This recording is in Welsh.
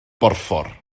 borffor